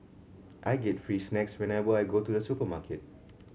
I get free snacks whenever I go to the supermarket